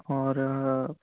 اور